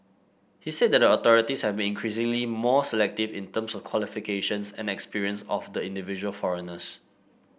he said that the authorities have been increasingly more selective in terms of qualifications and experience of the individual foreigners